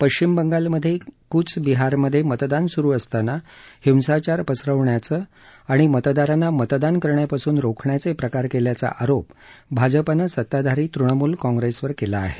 पश्चिम बंगालमध्ये कूच बिहारमध्ये मतदान स्रू असताना हिंसाचार पसरवण्याचे आणि मतदारांना मतदान करण्यापासून रोखण्याचे प्रकार केल्याचा आरोप भाजपानं सताधारी तृणमूल काँग्रेसवर केला आहे